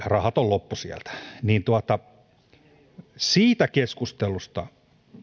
rahat on loppu sieltä siitä keskustelusta